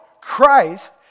Christ